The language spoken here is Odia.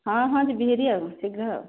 ହଁ ହଁ ଯିବି ହେରି ଆଉ ଶୀଘ୍ର ଆଉ